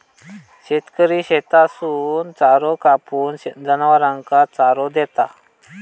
शेतकरी शेतातसून चारो कापून, जनावरांना चारो देता